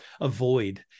avoid